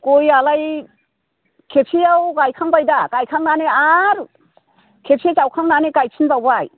गयआलाय खेबसेयाव गायखांबाय दा गायखांनानै आरो खेबसे गायखांनानै गायफिनबावबाय